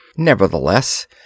Nevertheless